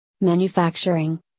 manufacturing